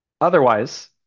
Otherwise